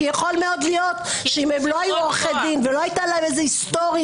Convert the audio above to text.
כי יכול להיות שאם הם לא היו עורכי דין ולא הייתה לה איזה היסטוריה,